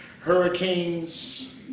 hurricanes